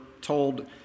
told